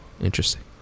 Interesting